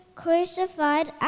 crucified